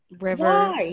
River